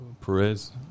Perez